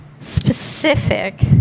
Specific